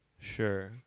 Sure